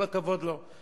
כל הכבוד לו.